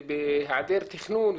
בהעדר תכנון,